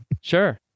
Sure